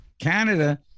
Canada